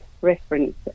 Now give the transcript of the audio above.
reference